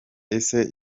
ese